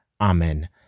Amen